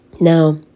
Now